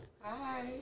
Hi